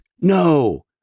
no